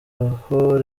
aho